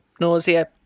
nausea